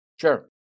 sure